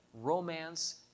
romance